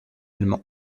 allemand